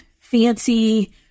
fancy